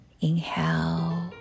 Inhale